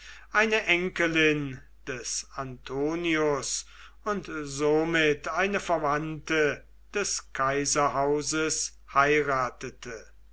eine enkelin des antonius und somit eine verwandte des kaiserhauses heiratete